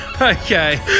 Okay